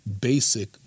basic